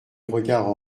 regards